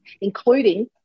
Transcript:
including